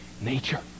nature